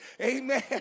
Amen